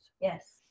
yes